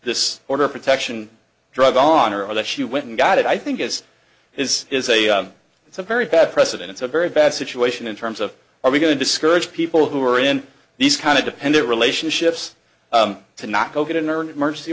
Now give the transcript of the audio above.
this order of protection drug on her or that she went and got it i think is is is a it's a very bad precedent it's a very bad situation in terms of are we going to discourage people who are in these kind of dependent relationships to not go get an urn emer